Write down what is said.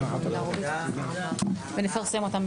ונפרסם אותם, בוודאי.